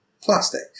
plastic